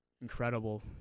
incredible